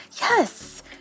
yes